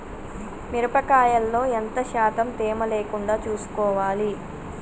మిరప కాయల్లో ఎంత శాతం తేమ లేకుండా చూసుకోవాలి?